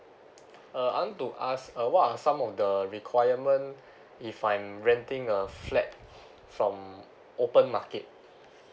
uh I'd like to ask uh what are some of the requirement if I'm renting a flat from open market